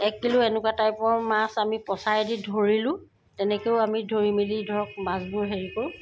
এক কিলো এনেকুৱা টাইপৰ মাছ আমি পচাইদি ধৰিলোঁ তেনেকৈও আমি ধৰি মেলি ধৰক মাছবোৰ হেৰি কৰোঁ